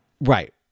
Right